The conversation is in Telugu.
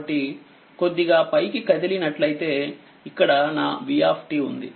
కాబట్టికొద్దిగాపైకికదిలినట్లయితే ఇక్కడ నా v ఉంది